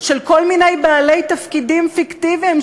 של כל מיני בעלי תפקידים פיקטיביים,